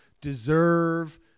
deserve